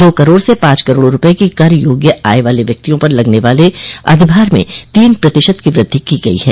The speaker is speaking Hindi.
दो करोड़ से पांच करोड़ रूपये की कर योग्य आय वाले व्यक्तियों पर लगने वाले अधिभार में तीन प्रतिशत की वृद्धि की गई है